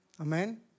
Amen